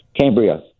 Cambria